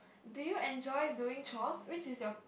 do you enjoy doing chores which is your